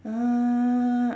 uh